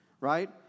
right